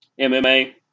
MMA